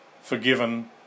forgiven